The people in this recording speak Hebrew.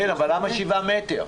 למה שבעה מטר?